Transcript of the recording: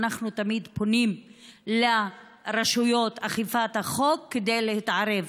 אנחנו תמיד פונים לרשויות אכיפת החוק כדי להתערב,